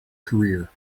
career